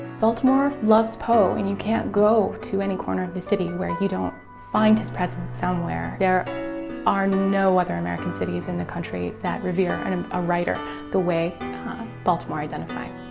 baltimore loves poe and you can't go to any corner of the city where you don't find his presence somewhere. there are no other american cities in the country that revere and um a writer the way baltimore identifies